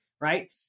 Right